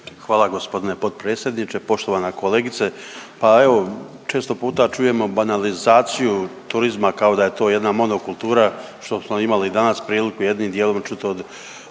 Hvala g. potpredsjedniče. Poštovana kolegice, pa evo često puta čujemo banalizaciju turizma kao da je to jedna monokultura, što smo imali danas priliku jednim dijelom čut od